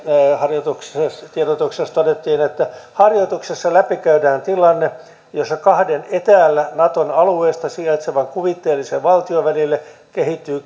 tiedotuksessa todettiin että harjoituksessa läpikäydään tilanne jossa kahden etäällä naton alueesta sijaitsevan kuvitteellisen valtion välille kehittyy